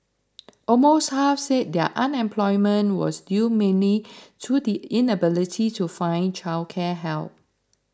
almost half said their unemployment was due mainly to the inability to find childcare help